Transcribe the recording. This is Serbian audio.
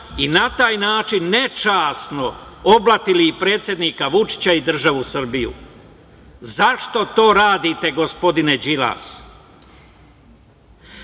i na taj način nečasno oblatili predsednika Vučića i državu Srbiju? Zašto to radite gospodine Đilas? Šesto